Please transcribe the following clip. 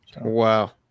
wow